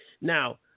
Now